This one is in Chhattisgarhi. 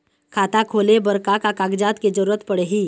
खाता खोले बर का का कागजात के जरूरत पड़ही?